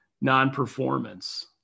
non-performance